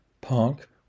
Punk